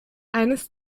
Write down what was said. eines